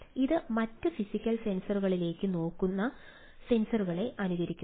ഇത് മറ്റ് ഫിസിക്കൽ സെൻസറുകളിലേക്ക് നോക്കുന്ന സെൻസറുകളെ അനുകരിക്കുന്നു